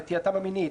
נטייתם המינית,